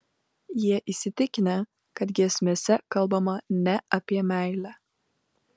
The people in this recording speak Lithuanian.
jie įsitikinę kad giesmėse kalbama ne apie meilę